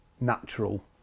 natural